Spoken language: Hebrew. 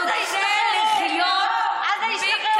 עזה השתחררו, עזה השתחררו, עזה השתחררו.